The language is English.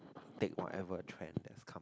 take whatever trend that's come